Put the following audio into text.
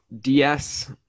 DS